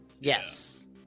Yes